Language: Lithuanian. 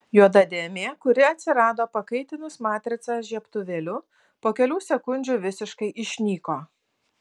juoda dėmė kuri atsirado pakaitinus matricą žiebtuvėliu po kelių sekundžių visiškai išnyko